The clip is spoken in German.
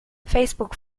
facebook